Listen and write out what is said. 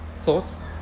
thoughts